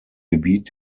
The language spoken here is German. gebiet